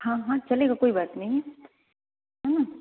हाँ हाँ चलेगा कोई बात नही है न